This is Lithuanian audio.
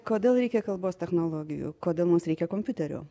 kodėl reikia kalbos technologijų kodėl mums reikia kompiuterio